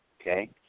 Okay